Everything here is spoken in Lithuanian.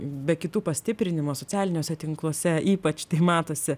be kitų pastiprinimo socialiniuose tinkluose ypač tai matosi